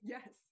Yes